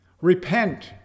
Repent